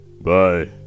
Bye